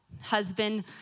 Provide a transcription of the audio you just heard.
Husband